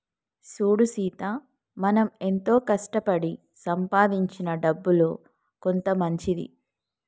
సూడు సీత మనం ఎంతో కష్టపడి సంపాదించిన డబ్బులో కొంత మంచిది